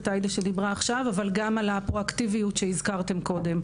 עאידה סלימאן וגם על הפרואקטיביות שהזכרתם קודם.